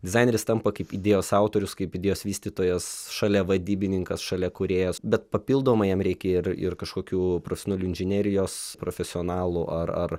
dizaineris tampa kaip idėjos autorius kaip idėjos vystytojas šalia vadybininkas šalia kūrėjas bet papildomai jam reikia ir ir kažkokių profesionalių inžinerijos profesionalų ar ar